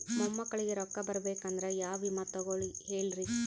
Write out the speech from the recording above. ಮೊಮ್ಮಕ್ಕಳಿಗ ರೊಕ್ಕ ಬರಬೇಕಂದ್ರ ಯಾ ವಿಮಾ ತೊಗೊಳಿ ಹೇಳ್ರಿ?